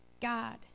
God